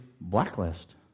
blacklist